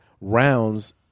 rounds